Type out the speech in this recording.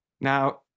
Now